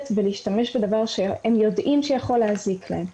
ולהשתמש בדבר שהם יודעים שיכול להזיק להם.